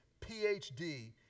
PhD